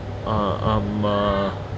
uh um uh